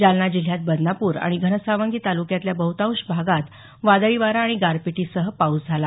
जालना जिल्ह्यात बदनापूर आणि घनसावंगी तालुक्यातल्या बहुतांश भागात वादळी वारा आणि गारपिटीसह पाऊस झाला